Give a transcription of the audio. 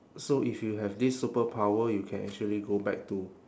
so if you have this superpower you can actually go back to